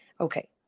Okay